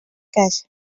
cas